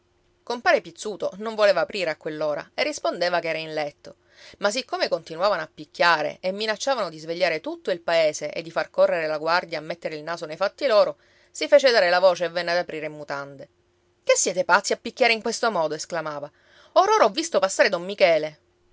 compare pizzuto non voleva aprire a quell'ora e rispondeva che era in letto ma siccome continuavano a picchiare e minacciavano di svegliare tutto il paese e di far correre la guardia a mettere il naso nei fatti loro si fece dare la voce e venne ad aprire in mutande che siete pazzi a picchiare in questo modo esclamava or ora ho visto passare don michele